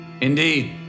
Indeed